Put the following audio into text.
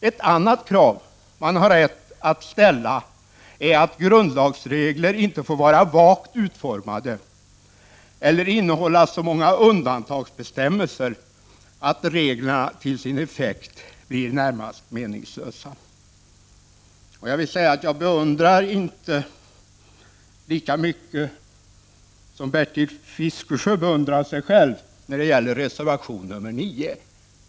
Ett annat krav som man har rätt att ställa är att grundlagsregler inte får vara vagt utformade eller innehålla så många undantagsbestämmelser att reglerna till sin effekt blir närmast meningslösa. Jag beundrar inte Bertil Fiskesjö lika mycket som han beundrar sig själv för reservation nr 9.